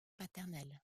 paternel